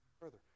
further